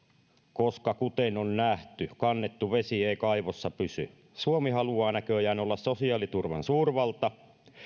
koska kuten on nähty kannettu vesi ei kaivossa pysy suomi haluaa näköjään olla sosiaaliturvan suurvalta